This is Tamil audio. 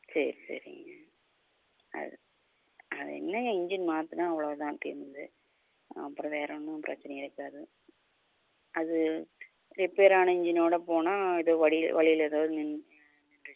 சரி சரிங்க அது அது என்னங்க இன்ஜின் மாற்றுனா அவ்வளோ தான் அப்புறம் வேற ஒன்றும் பிரச்சனை இருக்காது அது ரிப்பேரானல் இன்ஜினோடய போனால் எதோ வழி வழியில் ஏதாவது நின் நின்றுச்சினா